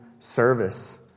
service